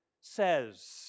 says